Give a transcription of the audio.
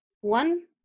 One